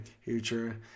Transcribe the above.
future